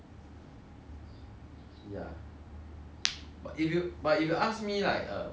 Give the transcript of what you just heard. but if you but if you ask me like uh okay but what would I rather do ah if let's say what would I rather do